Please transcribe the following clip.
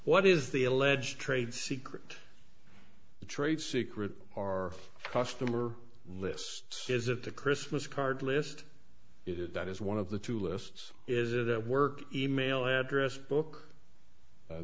what is the alleged trade secret trade secret are customer lists is it the christmas card list is it that is one of the two lists is that work e mail address book